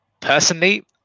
personally